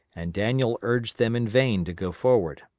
and daniel urged them in vain to go forward.